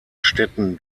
städten